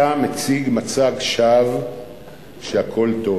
אתה מציג מצג שווא שהכול טוב,